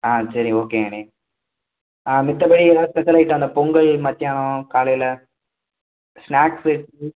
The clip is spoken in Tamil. ஆ சரி ஓகேங்கண்ணே ஆ மத்தபடி எதாது ஸ்பெஷல் ஐட்டம் அந்த பொங்கல் மதியானம் காலையில் ஸ்னாக்ஸு இது